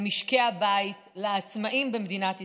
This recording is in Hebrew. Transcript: למשקי הבית, לעצמאים במדינת ישראל,